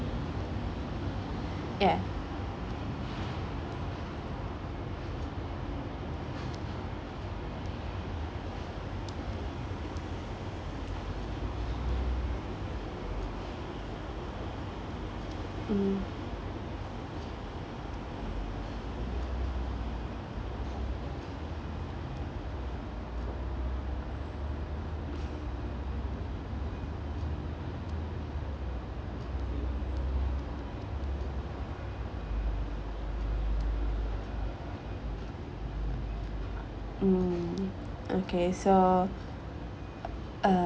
ya mmhmm mm okay so uh